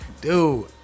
Dude